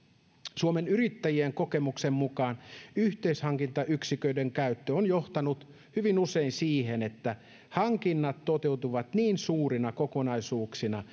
suomen yrittäjien kokemuksen mukaan yhteishankintayksiköiden käyttö on johtanut hyvin usein siihen että hankinnat toteutuvat niin suurina kokonaisuuksina